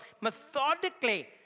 methodically